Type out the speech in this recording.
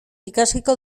ikasiko